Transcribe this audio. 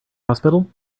hospital